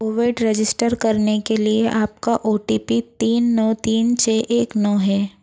Covid register करने के लिए आपका ओ टी पी तीन नौ तीन छः एक नौ है